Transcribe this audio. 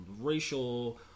racial